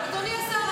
אדוני השר,